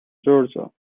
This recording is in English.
georgia